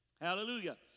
Hallelujah